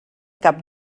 cap